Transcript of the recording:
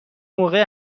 موقع